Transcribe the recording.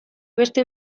beste